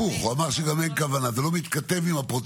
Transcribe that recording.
ועוד כזה שמובא לכאן בזמן מלחמה: לא חלילה טובת ישראל,